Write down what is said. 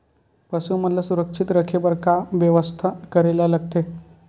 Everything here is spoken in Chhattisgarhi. पशु मन ल सुरक्षित रखे बर का बेवस्था करेला लगथे?